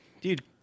dude